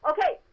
Okay